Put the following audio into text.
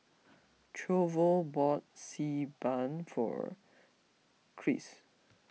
Toivo bought Xi Ban for Chris